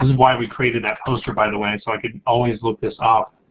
why we created that poster, by the way. so i could always look this up